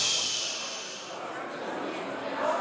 נורא